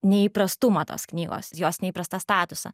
neįprastumą tos knygos jos neįprastą statusą